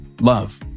love